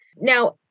Now